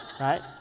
right